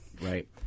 Right